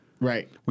Right